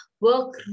work